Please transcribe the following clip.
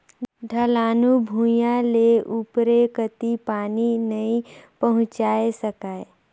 ढलानू भुइयां ले उपरे कति पानी नइ पहुचाये सकाय